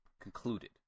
concluded